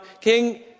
King